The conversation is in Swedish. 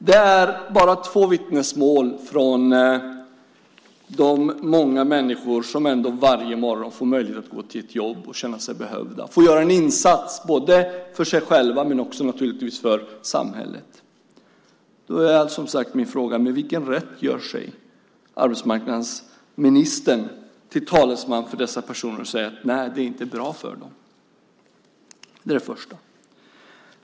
Det är bara vittnesmål från två av de många människor som varje morgon får möjlighet att gå till ett jobb och känna sig behövda, som får göra en insats för sig själva men naturligtvis också för samhället. Då är, som sagt, min fråga: Med vilken rätt gör sig arbetsmarknadsministern till talesman för dessa personer? Han säger: Nej, det är inte bra för dem? Det är det första.